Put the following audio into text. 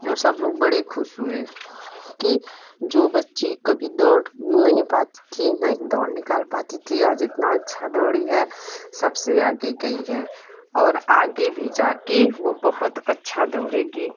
और सब लोग बड़े खुश हुए कि जो बच्ची कभी दौड़ नहीं पाती थी न ही दौड़ निकाल पाती थी आज इतना अच्छा दौड़ी है सब से आगे गई है और आगे भी जा के वो बहुत अच्छा दौड़ेगी